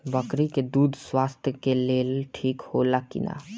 बकरी के दूध स्वास्थ्य के लेल ठीक होला कि ना?